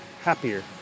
happier